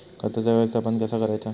खताचा व्यवस्थापन कसा करायचा?